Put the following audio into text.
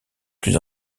plus